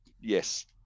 yes